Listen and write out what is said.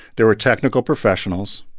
there were technical professionals.